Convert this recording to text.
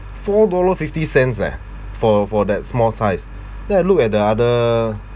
four dollar fifty cents leh for for that small size then I look at the other